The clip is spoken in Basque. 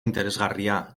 interesgarria